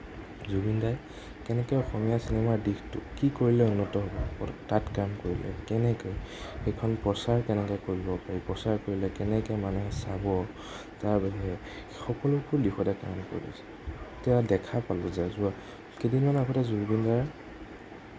জুবিনদাই কেনেকৈ অসমীয়া চিনেমাৰ দিশটো কি কৰিলে উন্নত হ'ব তাত কাম কৰিলে কেনেকৈ সেইখন প্ৰচাৰ কেনেকৈ কৰিব পাৰি প্ৰচাৰ কৰিলে কেনেকৈ মানুহে চাব তাৰবাবে সকলোবোৰ দিশতে কাম কৰিছে তেওঁক দেখা পালোঁ যে যোৱা কেইদিনমান আগতে জুবিনদাৰ